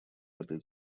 этой